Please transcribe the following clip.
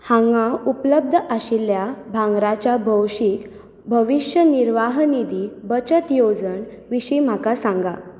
हांगा उपलब्ध आशिल्ल्या भांगराच्या भौशीक भविष्यनिर्वाह निधी बचत येवजण विशीं म्हाका सांगा